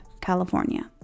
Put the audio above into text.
California